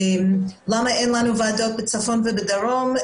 למה אין לנו ועדות בצפון ובדרום?